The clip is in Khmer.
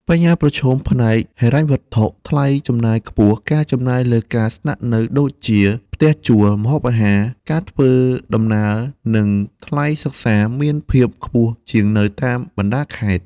បញ្ហាប្រឈមផ្នែកហិរញ្ញវត្ថុថ្លៃចំណាយខ្ពស់ ការចំណាយលើការស្នាក់នៅដូចជា ផ្ទះជួល ម្ហូបអាហារ ការធ្វើដំណើរ និងថ្លៃសិក្សា មានភាពខ្ពស់ជាងនៅតាមបណ្តាខេត្ត។